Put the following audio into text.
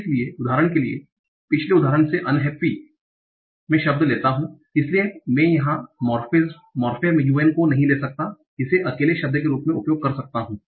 इसलिए उदाहरण के लिए पिछले उदाहरण से अनहैप्पी इसलिए मैं यहाँ मोर्फेम un को नहीं ले सकता और इसे एक अकेले शब्द के रूप में उपयोग कर सकता हूँ